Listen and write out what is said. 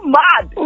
mad